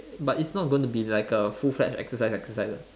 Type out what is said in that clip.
but it's not going to be like a full fledged exercise exercise [what]